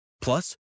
Plus